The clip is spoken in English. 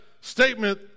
statement